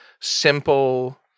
simple